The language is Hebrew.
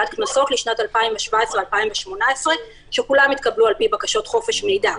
לשנת 2018-2017 שכולם התקבלו על פי בקשות חופש מידע.